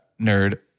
nerd